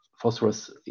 phosphorus